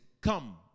come